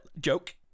joke